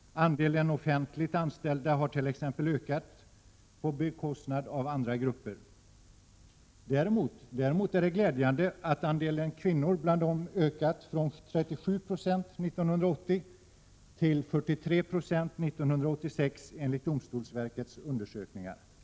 Andelen offentliganställda har t.ex. ökat på bekostnad av andra grupper. Det är däremot glädjande att andelen kvinnor mellan åren 1980-1986 har ökat från 37 till 43 96, enligt domstolsverkets undersökningar. Herr talman!